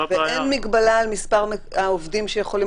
ואין הגבלה על מספר העובדים שיכולים